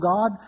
God